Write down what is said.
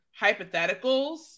hypotheticals